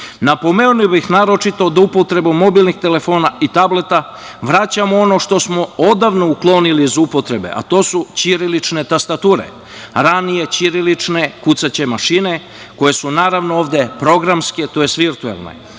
bih naročito da upotrebom mobilnih telefona i tableta vraćamo ono što smo odavno uklonili iz upotrebe, a to su ćirilične tastature, ranije ćirilične kucaće mašine koje su naravno ovde programske, tj. virtuelne